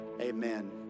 amen